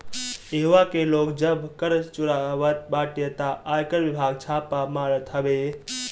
इहवा के लोग जब कर चुरावत बाटे तअ आयकर विभाग छापा मारत हवे